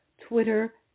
Twitter